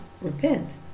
repent